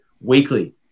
weekly